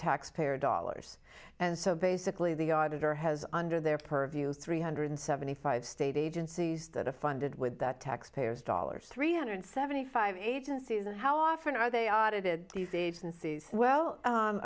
taxpayer dollars and so basically the auditor has under their purview three hundred seventy five state agencies that are funded with that taxpayers dollars three hundred seventy five agencies and how often are they audit a d c agencies well